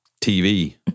TV